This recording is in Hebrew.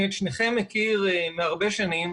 אני מכיר את שניכם הרבה שנים,